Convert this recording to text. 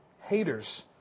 Haters